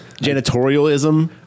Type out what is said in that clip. Janitorialism